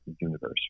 universe